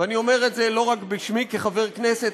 ואני אומר את זה לא רק בשמי כחבר כנסת,